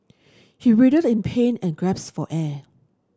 he writhed in pain and gasped for air